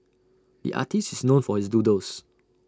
the artist is known for his doodles